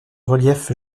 relief